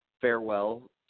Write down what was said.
farewell